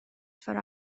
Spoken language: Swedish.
för